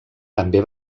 també